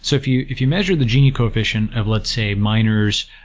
so if you if you measure the gini coefficient of, let's say, miners,